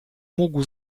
mógł